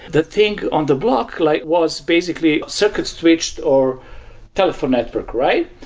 the thing on the block like was basically circuit switched or telephone network, right?